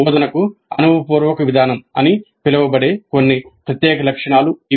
బోధనకు అనుభవపూర్వక విధానం అని పిలవబడే కొన్ని ప్రత్యేక లక్షణాలు ఇవి